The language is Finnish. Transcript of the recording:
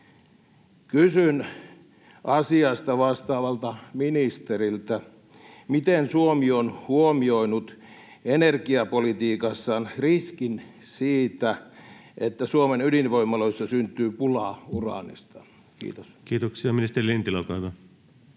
Kysyn asiasta vastaavalta ministeriltä: miten Suomi on huomioinut energiapolitiikassaan riskin siitä, että Suomen ydinvoimaloissa syntyy pulaa uraanista? — Kiitos. Kiitoksia. — Ministeri Lintilä, olkaa hyvä.